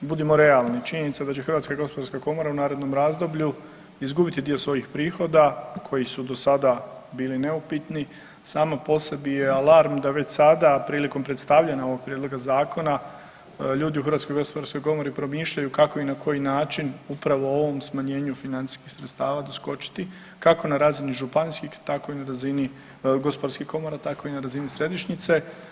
Budimo realni, činjenica da će HGK u narednom razdoblju izgubiti dio svojih prihoda koji su do sada bili neupitni sama po sebi je alarm da već sada prilikom predstavljanja ovog prijedloga zakona ljudi u HGK promišljaju kako i na koji način upravo o ovom smanjenju financijskih sredstava doskočiti, kako na razini županijskih tako i na razini gospodarskih komora, tako i na razini središnjice.